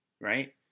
right